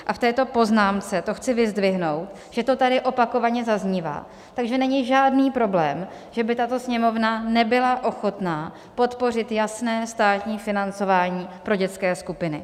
A v této poznámce to chci vyzdvihnout, že to tady opakovaně zaznívá, takže není žádný problém, že by tato Sněmovna nebyla ochotna podpořit jasné státní financování pro dětské skupiny.